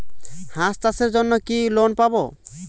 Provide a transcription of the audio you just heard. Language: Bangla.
হাঁস চাষের জন্য কি লোন পাব?